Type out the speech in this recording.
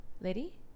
lady